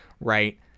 right